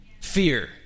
fear